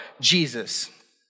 Jesus